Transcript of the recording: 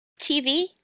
TV